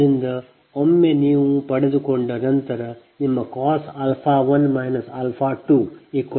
ಆದ್ದರಿಂದ ಒಮ್ಮೆ ನೀವು ಇದನ್ನು ಪಡೆದುಕೊಂಡ ನಂತರ ನಿಮ್ಮ cos 1 2cos 0 1